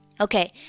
Okay